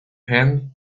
hand